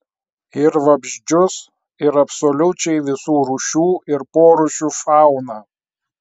ir vabzdžius ir absoliučiai visų rūšių ir porūšių fauną